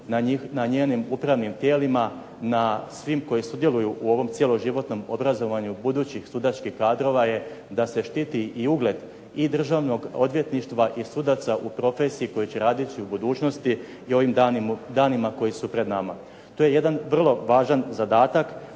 na njenim upravnim tijelima, na svima koji sudjeluju u ovom cijeloživotnom obrazovanju budućih sudačkih kadrova je da se štiti ugled i državnog odvjetništva i sudaca u profesiji koji će radeći u budućnosti i ovim danima koji su pred nama. To je jedan vrlo važan zadatak